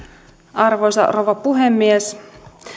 arvoisa rouva puhemies